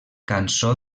cançó